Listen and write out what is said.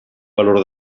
valor